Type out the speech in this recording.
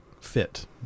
fit